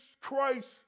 Christ